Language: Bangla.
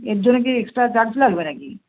এর জন্য কি এক্সট্রা চার্জ লাগবে না কি